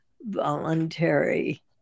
voluntary